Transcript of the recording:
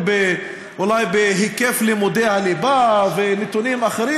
אולי בהיקף לימודי הליבה ובנתונים אחרים.